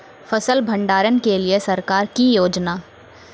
फसल भंडारण के लिए सरकार की योजना?